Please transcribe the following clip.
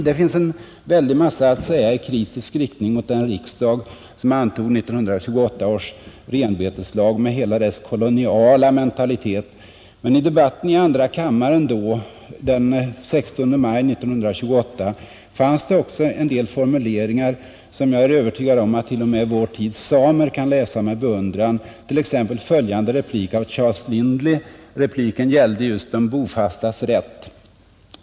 Det finns mycket att säga i kritisk riktning mot den riksdag som antog 1928 års renbeteslag med hela dess koloniala mentalitet, men i debatten i andra kammaren den 16 maj 1928 fanns det ändå också en del formuleringar som jag är övertygad om att t.o.m. vår tids samer kan läsa med beundran. Det gäller t.ex. följande replik av Charles Lindley. Repliken gällde de bofastas rätt.